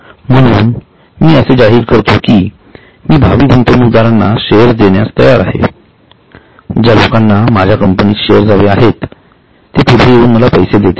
म्हणून मी असे जाहीर करतो की मी भावी गुंतवणूकदारांना शेअर्स देण्यास तयार आहे ज्या लोकांना माझ्या कंपनीत शेअर्स हवे आहेत ते पुढे येऊन मला पैसे देतील